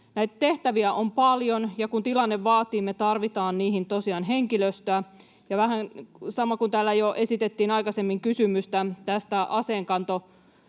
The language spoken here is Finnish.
Näitä tehtäviä on paljon, ja kun tilanne vaatii, me tarvitaan niihin tosiaan henkilöstöä. Vähän samoin kuin täällä jo esitettiin aikaisemmin kysymystä tästä